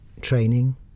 training